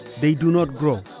they do not grow.